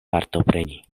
partopreni